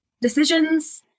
decisions